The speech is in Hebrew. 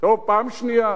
לא, פעם שנייה.